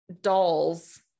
dolls